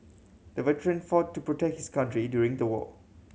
the veteran fought to protect his country during the war